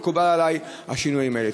מקובלים עלי השינויים האלה.